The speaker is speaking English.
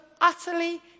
utterly